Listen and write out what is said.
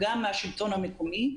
אלא גם מהשלטון המקומי.